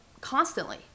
constantly